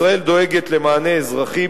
ישראל דואגת למענה אזרחי,